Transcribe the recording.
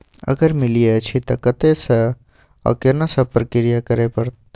अगर मिलय अछि त कत्ते स आ केना सब प्रक्रिया करय परत?